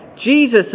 Jesus